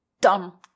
dumb